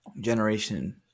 generation